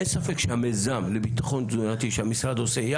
אין ספק שהמיזם לביטחון תזונתי שהמשרד עושה,